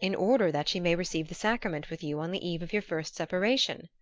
in order that she may receive the sacrament with you on the eve of your first separation.